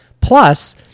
Plus